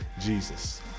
Jesus